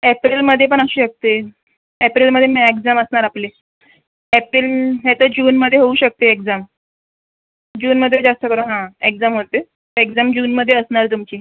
एप्रिलमध्ये पण असू शकते एप्रिलमध्ये मॅ एक्झाम असणार आपली एप्रिल नाही तर जूनमध्ये होऊ शकते एक्झाम जूनमध्ये जास्तकरून हां एक्झाम होते एक्जाम जूनमध्ये असणार तुमची